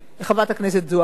חברת הכנסת זוארץ,